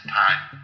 time